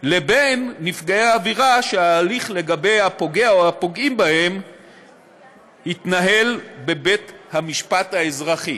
לבין נפגעי עבירה שההליך לגבי הפוגע בהם התנהל בפני בית משפט אזרחי.